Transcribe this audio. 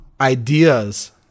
ideas